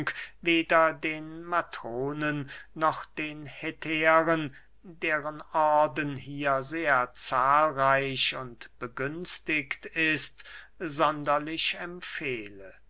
weder den matronen noch den hetären deren orden hier sehr zahlreich und begünstigt ist